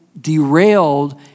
derailed